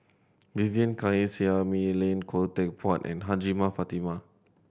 Vivien Quahe Seah Mei Lin Khoo Teck Puat and Hajjah Fatimah